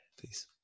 please